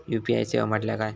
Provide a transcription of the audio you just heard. UPI सेवा म्हटल्या काय?